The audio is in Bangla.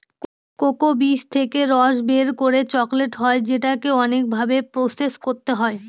কোকো বীজ থেকে রস বের করে চকলেট হয় যেটাকে অনেক ভাবে প্রসেস করতে হয়